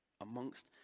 amongst